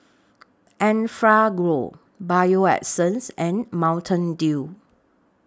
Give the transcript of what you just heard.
Enfagrow Bio Essence and Mountain Dew